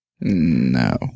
no